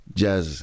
jazz